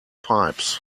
pipes